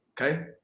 Okay